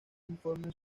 informes